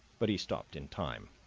but he stopped in time,